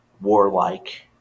warlike